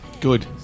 Good